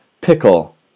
pickle